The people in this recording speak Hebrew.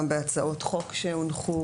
גם בהצעות חוק שהונחו,